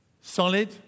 Solid